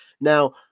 Now